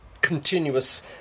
continuous